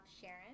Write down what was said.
Sharon